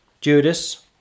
Judas